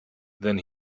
then